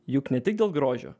juk ne tik dėl grožio